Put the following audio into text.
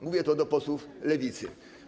Mówię to do posłów Lewicy.